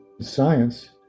science